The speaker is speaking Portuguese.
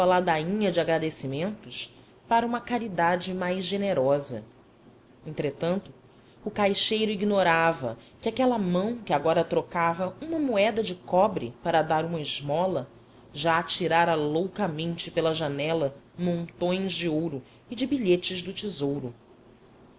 ladainha de agradecimentos para uma caridade mais generosa entretanto o caixeiro ignorava que aquela mão que agora trocava uma moeda de cobre para dar uma esmola já atirara loucamente pela janela montões de ouro e de bilhetes do tesouro